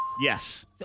Yes